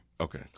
Okay